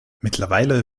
mittlerweile